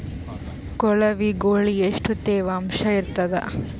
ಕೊಳವಿಗೊಳ ಎಷ್ಟು ತೇವಾಂಶ ಇರ್ತಾದ?